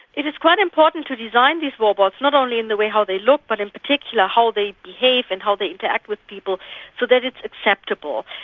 it is quite important to design these robots not only in the way how they look but in particular how they behave and how they interact with people so that it's acceptable.